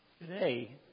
today